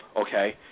okay